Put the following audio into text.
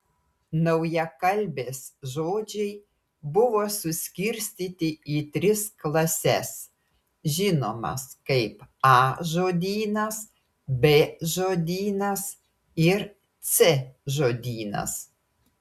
naujakalbės žodžiai buvo suskirstyti į tris klases žinomas kaip a žodynas b žodynas ir c žodynas